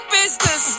business